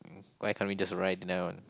why can't we just write down